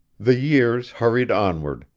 the years hurried onward,